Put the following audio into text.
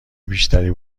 بیشتری